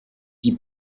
die